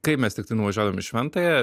kai mes tiktai nuvažiuodavom į šventąją